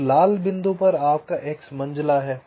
तो लाल बिंदु आपका एक्स मंझला है